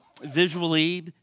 visually